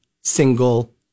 single